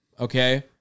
Okay